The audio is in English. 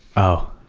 oh!